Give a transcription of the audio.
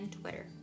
Twitter